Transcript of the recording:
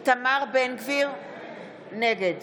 נגד